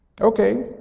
Okay